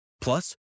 Plus